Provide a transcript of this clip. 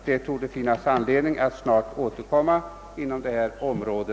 Det torde finnas anledning att snart återkomma till detta område.